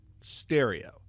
stereo